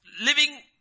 living